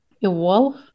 evolve